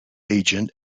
agent